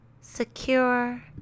secure